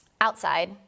outside